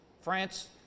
France